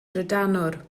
drydanwr